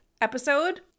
episode